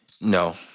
No